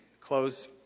close